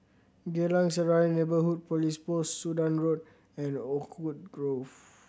Geylang Serai Neighbourhood Police Post Sudan Road and Oakwood Grove